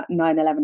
9-11